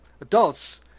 Adults